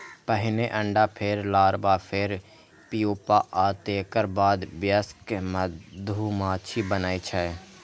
पहिने अंडा, फेर लार्वा, फेर प्यूपा आ तेकर बाद वयस्क मधुमाछी बनै छै